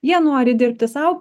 jie nori dirbti sau